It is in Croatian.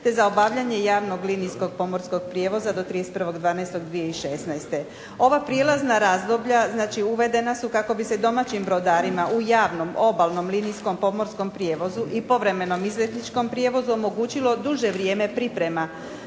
te za obavljanje javnog linijskog pomorskog prijevoza do 31.12.2016. Ova prijelazna razdoblja uvedena su kako bi se domaćim brodarima u javnom obalnom linijskom pomorskom prijevozu i povremenom izletničkom prijevozu omogućilo duže vrijeme pripreme